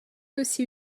aussi